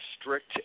strict